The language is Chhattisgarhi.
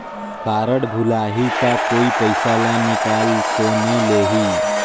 कारड भुलाही ता कोई पईसा ला निकाल तो नि लेही?